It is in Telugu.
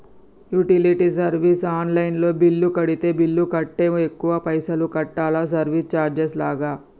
యుటిలిటీ సర్వీస్ ఆన్ లైన్ లో బిల్లు కడితే బిల్లు కంటే ఎక్కువ పైసల్ కట్టాలా సర్వీస్ చార్జెస్ లాగా?